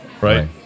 Right